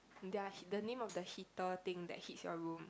their the name of the heater thing that heats your room